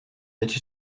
that